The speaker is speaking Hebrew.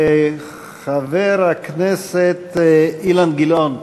חבר הכנסת אילן גילאון.